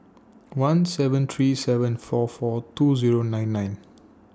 one seven three seven four four two Zero nine nine